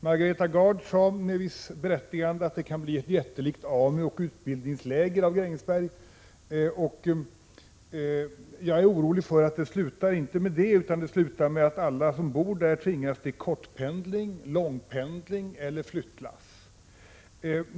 Margareta Gard sade med ett visst berättigande att det kan bli ett jättelikt AMU och utbildningsläger av Grängesberg. Jag är orolig för att det inte slutar med detta, utan att det slutar med att alla som bor där tvingas till kortpendling, långpendling eller flyttlass.